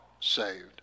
saved